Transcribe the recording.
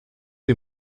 est